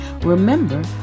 Remember